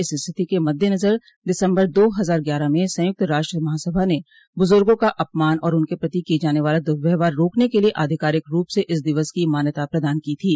इस स्थिति के मददेनजर दिसम्बर दो हजार ग्यारह में संयुक्त राष्ट्र महासभा ने बूजूर्गो का अपमान और उनके प्रति किये जाने वाला द्वर्यवहार्र रोकने के लिए अधिकारिक रूप से इस दिवस की मान्यता प्रदान की थी